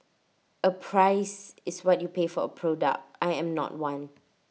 A price is what you pay for A product I am not one